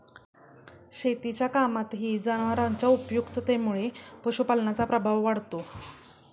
शेतीच्या कामातही जनावरांच्या उपयुक्ततेमुळे पशुपालनाचा प्रभाव वाढतो